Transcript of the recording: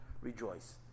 rejoice